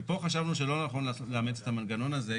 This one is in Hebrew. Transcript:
ופה חשבנו שלא נכון לאמץ את המנגנון הזה,